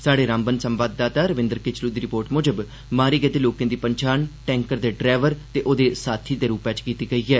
स्हाड़े रामबन संवाददाता रविंदर किचलु दी रिपोर्ट मुजब मारे गेदे लोकें दी पन्छान टैंकर दे डरैवर ते ओह्दे साथी दे रूपै च कीती गेई ऐ